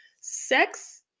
sex